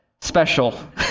special